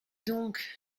donc